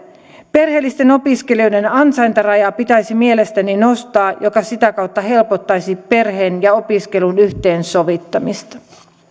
perheellisten opiskelijoiden ansaintarajaa pitäisi mielestäni nostaa mikä sitä kautta helpottaisi perheen ja opiskelun yhteensovittamista